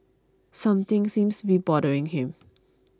something seems be bothering him